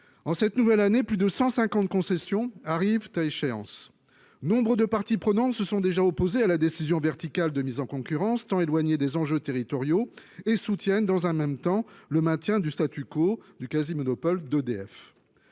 En cette nouvelle année, plus de 150 concessions arrivent à échéance. Nombre de parties prenantes se sont déjà opposées à la décision verticale de mise en concurrence, tant elle est éloignée des enjeux territoriaux, et soutiennent, dans un même temps, le maintien du du quasi-monopole d'EDF.